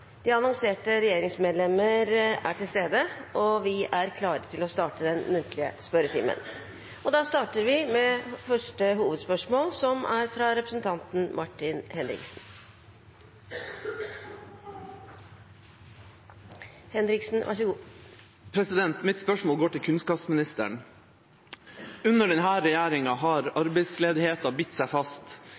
De annonserte regjeringsmedlemmer er til stede, og vi er klare til å starte den muntlige spørretimen. Vi starter med første hovedspørsmål, fra representanten Martin Henriksen. Mitt spørsmål går til kunnskapsministeren. Under denne regjeringa har arbeidsledigheten bitt seg fast.